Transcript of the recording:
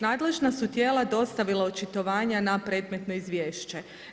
Nadležna su tijela dostavila očitovanje na predmetno izvješće.